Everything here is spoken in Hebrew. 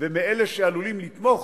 ומאלה שעלולים לתמוך